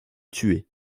tué